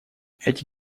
эти